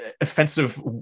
offensive